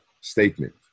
statement